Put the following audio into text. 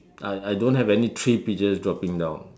I I don't have any three peaches dropping down